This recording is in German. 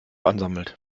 ansammelt